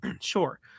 Sure